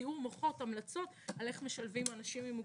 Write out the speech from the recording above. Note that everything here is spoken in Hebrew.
סיעור מוחות והמלצות על איך משלבים אנשים עם מוגבלות.